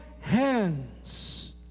hands